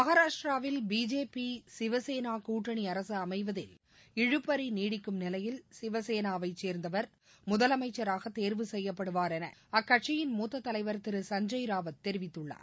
மகாராஷ்டிராவில் பிஜேபி சிவசேனா கூட்டணி அரசு அனமவதில் இழுபறி நீடிக்கும் நிலையில் சிவசேனாவை சேர்ந்தவர் முதலமைச்சராக தேர்வு செய்யப்படுவார் என அக்கட்சியின் மூத்த தலைவர் திரு சஞ்ஜை ராவத் தெரிவித்துள்ளார்